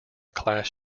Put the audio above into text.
class